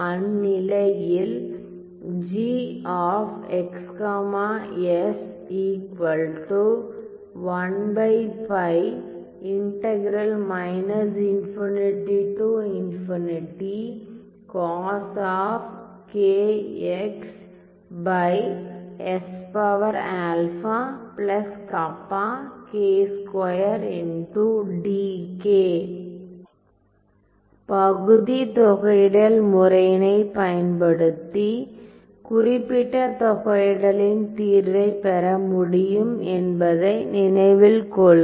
அந்நிலையில் பகுதி தொகையிடல் முறையினை பயன்படுத்தி குறிப்பிட்ட தொகையிடலின் தீர்வை பெற முடியும் என்பதை நினைவில் கொள்க